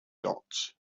dots